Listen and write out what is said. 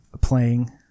playing